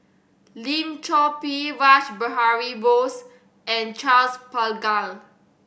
Lim Chor Pee Rash Behari Bose and Charles Paglar